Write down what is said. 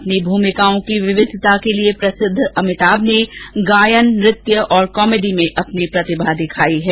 अपनी भूमिकाओं की विविधता के लिए प्रसिद्ध अमिताभ ने गायन नृत्य और कॉमेडी में अपनी प्रतिभा दिखाई है